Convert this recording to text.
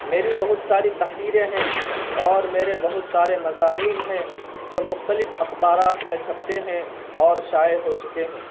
میری بہت ساری تحریریں ہیں اور میرے بہت سارے مضامین ہیں جو مختلف اخبارات میں چھپتے ہیں اور شائع ہو چکے ہیں